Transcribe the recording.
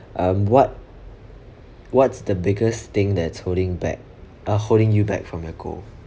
um what what's the biggest thing that's holding back uh holding you back from your goal